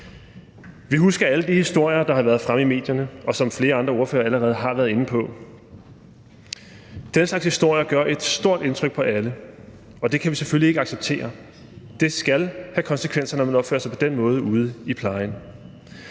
Vi husker alle de historier, der har været fremme i medierne, som flere andre ordførere allerede har været inde på. Denne slags historier gør et stort indtryk på alle, og vi kan selvfølgelig ikke acceptere dem. Det skal have konsekvenser, når man opfører sig på den måde ude i plejen.